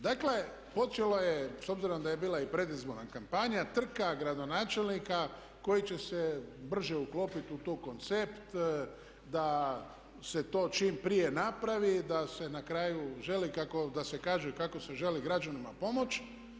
Dakle, počela je, s obzirom da je bila i predizborna kampanja, trka gradonačelnika koji će se brže uklopiti u taj koncept da se to čim prije napravi, da se na kraju želi kako da se kaže kako se želi građanima pomoći.